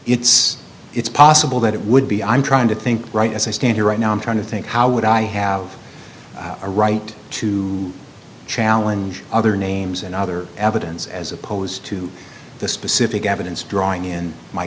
it's it's possible that it would be i'm trying to think right as i stand here right now i'm trying to think how would i have a right to challenge other names and other evidence as opposed to the specific evidence drawing in my